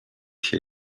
się